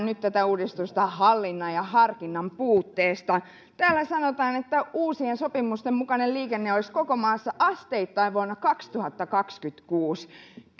nyt tätä uudistusta syytetään hallinnan ja harkinnan puutteesta mutta täällä sanotaan että uusien sopimusten mukainen liikenne olisi koko maassa asteittain vuonna kaksituhattakaksikymmentäkuusi